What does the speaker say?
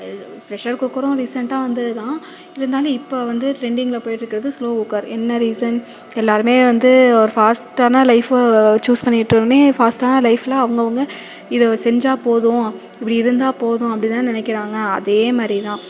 pressure குக்கரும் ரீசெண்டாக வந்தது தான் இருந்தாலும் இப்போ வந்து ட்ரெண்டிங்கில் போயிட்டுருக்குறது ஸ்லோ குக்கர் என்ன ரீசன் எல்லோருமே வந்து ஒரு ஃபாஸ்டடான லைஃப்பை சூஸ் பண்ணிக்கிட்ட உடனே ஃபாஸ்ட்டான லைஃபில் அவுங்கவங்க இதை செஞ்சப்போதும் இப்படி இருந்தால் போதும் அப்டினு தான் நினைக்குறாங்க அதேமாதிரி தான்